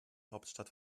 hauptstadt